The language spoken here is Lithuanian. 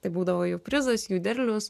tai būdavo jų prizas jų derlius